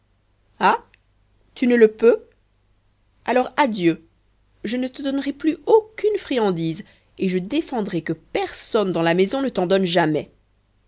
ah tu ne le peux alors adieu je ne te donnerai plus aucune friandise et je défendrai que personne dans la maison ne t'en donne jamais